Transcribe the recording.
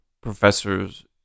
professors